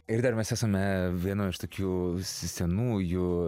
ir dar mes esame vienoj iš tokių senųjų